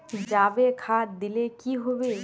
जाबे खाद दिले की होबे?